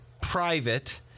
private